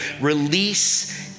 Release